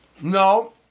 no